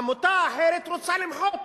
עמותה אחרת רוצה למחות